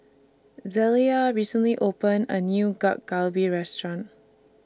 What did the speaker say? Zelia recently opened A New Gak Galbi Restaurant